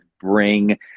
bring